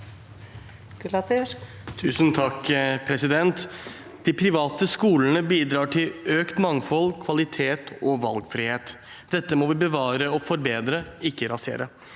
Gulati (FrP) De private sko- lene bidrar til økt mangfold, kvalitet og valgfrihet. Dette må vi bevare og forbedre, ikke rasere.